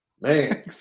Man